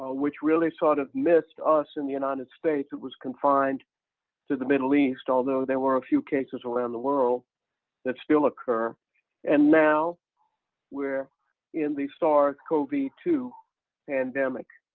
which really sort of missed us in the united states. it was confined to the middle east, although there were a few cases around the world that still occur and now we're in the sars cov two pandemic.